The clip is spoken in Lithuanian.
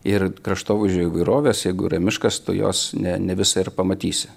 ir kraštovaizdžio įvairovės jeigu yra miškas tu jos ne ne visa ir pamatysi